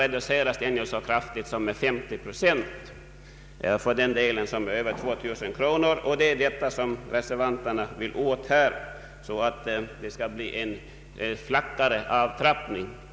Reduceringen blir så kraftig som med 50 procent för den del av inkomsten som överstiger 2000 kronor. Det är på den punkten som reservanterna vill ha en ändring. Vi önskar en flackare avtrappning.